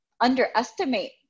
underestimate